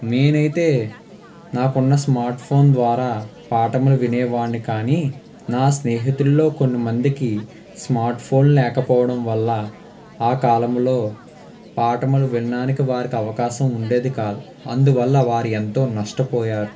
నేనైతే నాకున్న smartphone ద్వారా పాఠములు వినేవాడ్ని కానీ నా స్నేహితుల్లో కొంత మందికి స్మార్ట్ ఫోన్ లేకపోవడం వల్ల ఆ కాలంలో పాఠములు వినడానికి వారికి అవకాశం ఉండేది కాదు అందువల్ల వారుఎంతో నష్టపోయారు